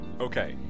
Okay